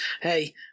hey